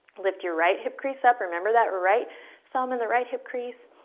lift your right hip crease up. remember that right thumb in the right hip crease.